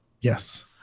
yes